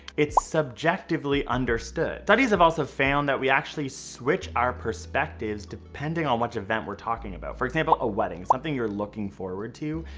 it's subjectively understood. studies have also found that we actually switch our perspectives depending on which event we're talking about. for example, a wedding, something you're looking forward to,